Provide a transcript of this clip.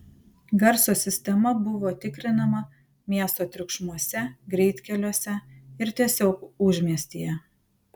garso sistema buvo tikrinama miesto triukšmuose greitkeliuose ir tiesiog užmiestyje